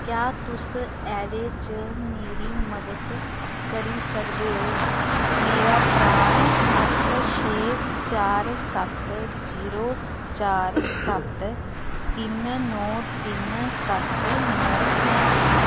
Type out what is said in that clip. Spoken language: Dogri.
क्या तुस एह्दे च मेरी मदद करी सकदे ओ मेरा परान अट्ठ छे चार सत्त जीरो चार सत्त तिन नौ तिन सत्त नौ ऐ